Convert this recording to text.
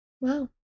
Wow